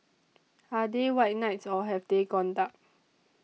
are they white knights or have they gone dark